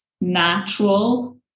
natural